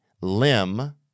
limb